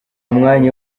mwanya